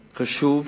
וחשוב.